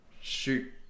shoot